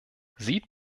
sieht